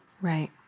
Right